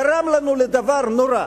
גרם לנו לדבר נורא,